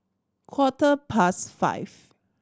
quarter past five